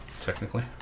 technically